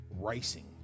racing